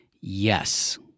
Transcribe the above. yes